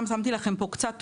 שמתי לכם פה קצת תמונות.